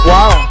Wow